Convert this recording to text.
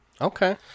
Okay